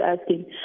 asking